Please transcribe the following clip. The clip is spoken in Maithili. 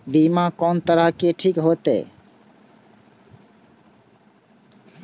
बीमा कोन तरह के ठीक होते?